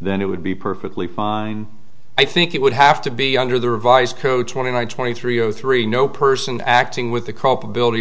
then it would be perfectly fine i think it would have to be under the revised code twenty one twenty three zero three no person acting with the culpability